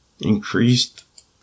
increased